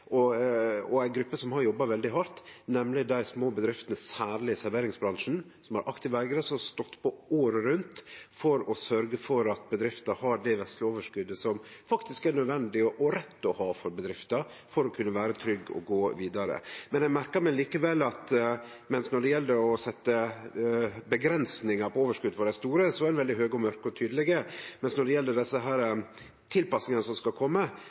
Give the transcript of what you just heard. ei gruppe som har jobba veldig hardt, nemleg dei små bedriftene, særleg i serveringsbransjen, som har aktive eigarar som har stått på året rundt for å sørgje for at bedriftene har det vesle overskotet som faktisk er nødvendig og rett å ha for bedrifter, for å kunne vere trygge og gå vidare. Men eg merkar meg likevel at når det gjeld å setje avgrensingar på overskot for dei store, er ein veldig høg og mørk og tydeleg, mens når det gjeld desse tilpassingane som skal